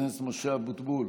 חבר הכנסת משה אבוטבול,